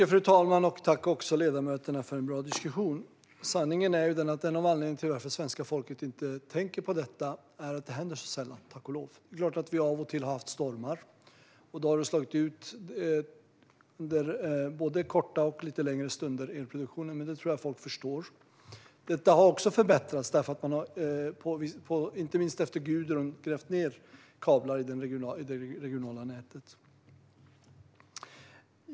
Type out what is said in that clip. Fru talman! Tack till ledamöterna för en bra diskussion! Sanningen är ju den att en av anledningarna till att svenska folket inte tänker på detta är att det händer så sällan - tack och lov. Det är klart att vi av och till har haft stormar som har slagit ut elproduktionen både korta och lite längre stunder, men det tror jag att folk förstår. Detta har också förbättrats eftersom man inte minst efter Gudrun har grävt ned kablar i det regionala nätet.